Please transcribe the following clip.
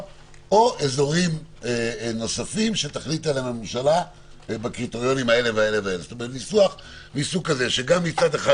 או אזורים נוספים שתחליט עליהם הממשלה בקריטריונים האלה שגם מצד אחד,